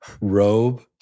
robe